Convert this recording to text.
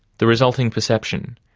the resulting perception,